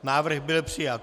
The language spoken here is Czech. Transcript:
Návrh byl přijat.